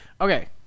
Okay